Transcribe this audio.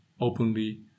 openly